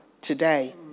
today